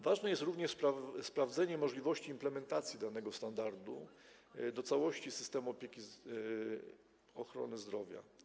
Ważne jest również sprawdzenie możliwości implementacji danego standardu do całości systemu ochrony zdrowia.